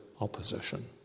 opposition